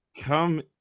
come